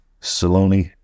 Saloni